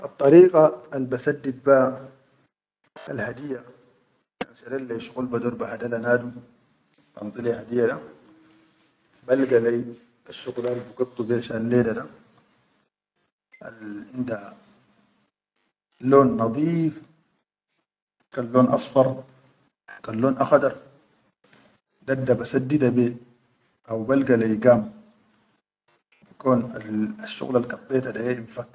Addariqa al basaddid be ha al hadiya kan sharet le yi shuqul bador bahdala le nadum ban di le hadiya da, balga leyi asshuqulai bigadu shal leda da al inda lon nadeef, kan lon asfar, kan lon akhadar dadda basaddi be haw, balga leyi gam be kan asshuqulal gaddeta da ya in fakka.